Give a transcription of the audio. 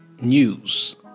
news